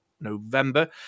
November